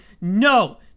no